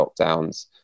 lockdowns